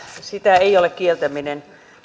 sitä ei ole kieltäminen